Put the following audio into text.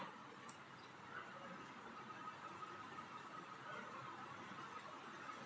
यात्रा के दौरान यदि कोई दुर्घटना में घायल होता है तो उसके इलाज के खर्च को बीमा कम्पनी देती है